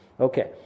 Okay